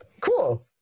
Cool